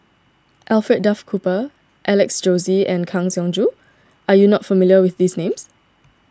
Alfred Duff Cooper Alex Josey and Kang Siong Joo are you not familiar with these names